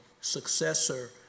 successor